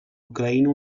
ucraïna